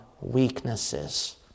weaknesses